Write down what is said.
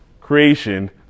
creation